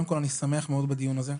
אני שמח מאוד על הדיון הזה,